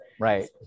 Right